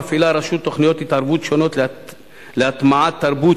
מפעילה הרשות תוכניות התערבות שונות להטמעת תרבות